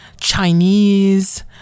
Chinese